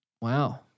Wow